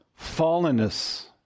fallenness